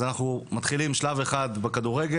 אז אנחנו מתחילים שלב אחד בכדורגל,